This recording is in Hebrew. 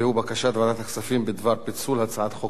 והוא בקשת ועדת הכספים בדבר פיצול הצעת חוק